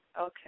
Okay